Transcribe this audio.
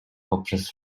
poprzez